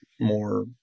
more